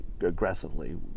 aggressively